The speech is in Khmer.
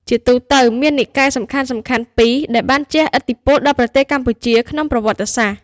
ជាទូទៅ មាននិកាយសំខាន់ៗពីរដែលបានជះឥទ្ធិពលដល់ប្រទេសកម្ពុជាក្នុងប្រវត្តិសាស្ត្រ។